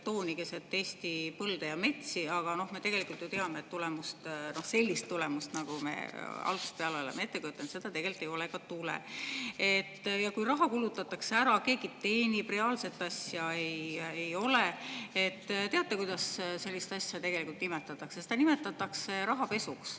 betooni keset Eesti põlde ja metsi, aga me tegelikult ju teame, et sellist tulemust, nagu me algusest peale oleme ette kujutanud, ei ole ega tule. Kui raha kulutatakse ära, keegi teenib, aga reaalset asja ei ole – teate, kuidas sellist asja nimetatakse? Seda nimetatakse rahapesuks.